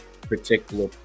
particular